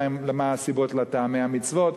מה הסיבות לטעמי המצוות.